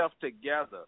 together